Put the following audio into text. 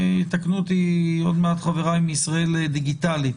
ויתקנו אותי עוד מעט חברי מ”ישראל דיגיטלית”,